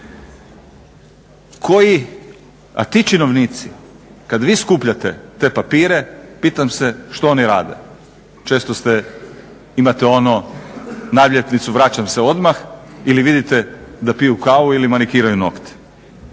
A ti činovnici kada vi skupljate te papire pitam se što oni rade, često ste, imate ono naljepnicu vraćam se odmah ili vidite da piju kavu ili manikiraju nokte.